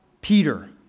Peter